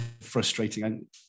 frustrating